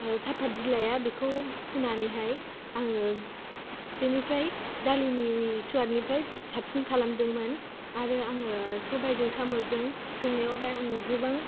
साफाथ बिलाइया बेखौ होनानैहाय आङो बेनिफ्राय दालिनि सुवादनिफ्राय साबसिन खालामदोंमोन आरो आङो सबायजों साम'जों संनायावहाय आं गोबां